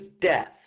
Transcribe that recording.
death